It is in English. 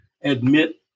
admit